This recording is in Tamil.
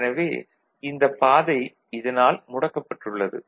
எனவே இந்த பாதை இதனால் முடக்கப்பட்டுள்ளது